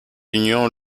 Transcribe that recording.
union